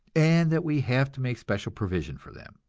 and that we have to make special provision for them,